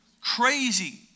crazy